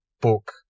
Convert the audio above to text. book